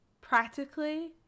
practically